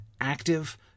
active